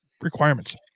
requirements